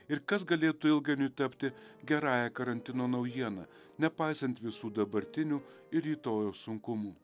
ir kas galėtų ilgainiui tapti gerąja karantino naujiena nepaisant visų dabartinių ir rytojaus sunkumų